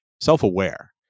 self-aware